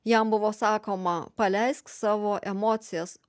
jam buvo sakoma paleisk savo emocijas